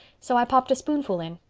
so i popped a spoonful in.